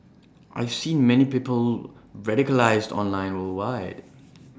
I've seen many people radicalised online worldwide